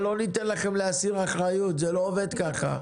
לא ניתן לכם להסיר אחריות, זה לא עובד ככה.